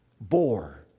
bore